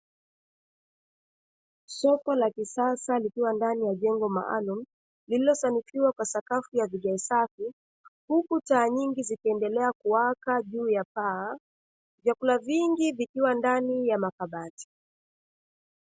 Soko la kisasa likiwa ndani ya jengo maalumu, lililo sanikiwa kwa sakafu ya vigae safi, huku taa nyingi zikiendelea kuwaka juu ya paa, vyakula vingi vikiwa ndani ya makabati.